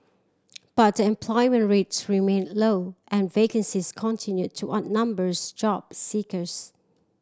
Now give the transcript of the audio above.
but the employment rates remained low and vacancies continued to outnumbers job seekers